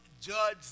judge